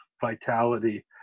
vitality